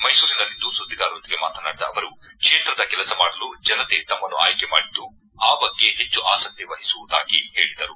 ಮೈಸೂರಿನಲ್ಲಿಂದು ಸುದ್ದಿಗಾರರೊಂದಿಗೆ ಮಾತನಾಡಿದ ಅವರು ಕ್ಷೇತ್ರದ ಕೆಲಸ ಮಾಡಲು ಜನತೆ ತಮ್ಮನ್ನು ಆಯ್ಲೆ ಮಾಡಿದ್ದು ಆ ಬಗ್ಗೆ ಹೆಚ್ಚು ಆಸಕ್ತಿ ವಹಿಸುವುದಾಗಿ ಹೇಳಿದರು